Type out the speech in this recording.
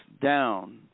down